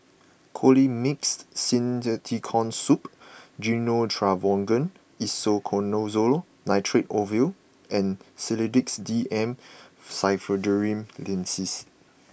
Colimix Simethicone Syrup Gyno Travogen Isoconazole Nitrate Ovule and Sedilix D M Pseudoephrine Linctus